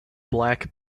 black